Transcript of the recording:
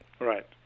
Right